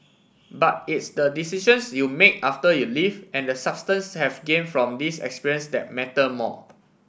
but its the decisions you make after you leave and the substance have gain from this experience that matter more